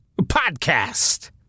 podcast